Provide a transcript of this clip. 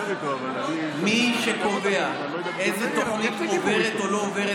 מי שקובע איזו תוכנית עוברת או לא עוברת